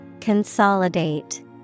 Consolidate